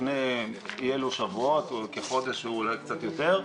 לפני אי אילו שבועות, כחודש אולי קצת יותר,